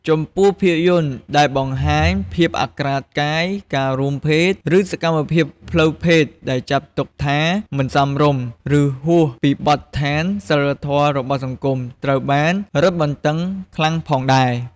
ចំំពោះភាពយន្តដែលបង្ហាញភាពអាក្រាតកាយ ការរួមភេទ ឬសកម្មភាពផ្លូវភេទដែលចាត់ទុកថាមិនសមរម្យ ឬហួសពីបទដ្ឋានសីលធម៌របស់សង្គម ត្រូវបានរឹតបន្តឹងខ្លាំងផងដែរ។